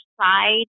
side